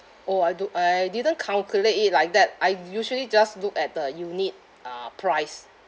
orh I do I didn't calculate it like that I usually just look at the unit uh price